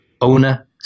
owner